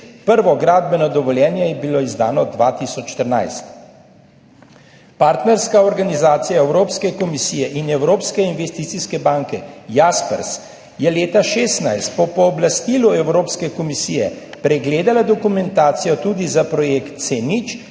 prvo gradbeno dovoljenje je bilo izdano 2013. Partnerska organizacija Evropske komisije in Evropske investicijske banke, JASPERS, je leta 2016 po pooblastilu Evropske komisije pregledala dokumentacijo tudi za projekt C0